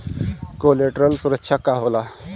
Collateral सुरक्षा का होला?